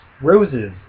roses